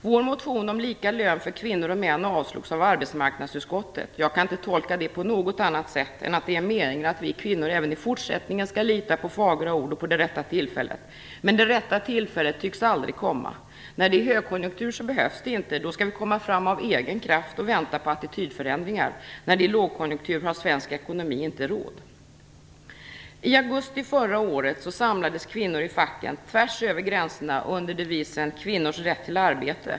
Vår motion om lika lön för kvinnor och män avstyrks av arbetsmarknadsutskottet. Jag kan inte tolka det på något annat sätt än att det är meningen att vi kvinnor även i fortsättningen skall lita på fagra ord och på det rätta tillfället. Men det rätta tillfället tycks aldrig komma. När det är högkonjunktur behövs det ju inte - då skall vi komma fram av egen kraft och vänta på attitydförändringar. När det är lågkonjunktur har svensk ekonomi inte råd. I augusti förra året samlades kvinnor i facken - tvärs över gränserna - under devisen "Kvinnors rätt till arbete".